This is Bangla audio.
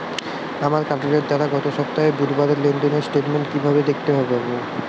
আমার কার্ডের দ্বারা গত সপ্তাহের বুধবারের লেনদেনের স্টেটমেন্ট কীভাবে হাতে পাব?